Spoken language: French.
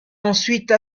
ensuite